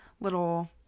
little